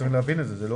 צריכים להבין את זה.